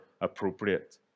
appropriate